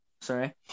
Sorry